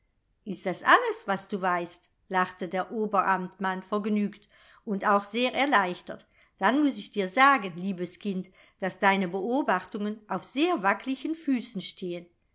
ist das alles was du weißt lachte der oberamtmann vergnügt und auch sehr erleichtert dann muß ich dir sagen liebes kind daß deine beobachtungen auf sehr wacklichen füßen stehen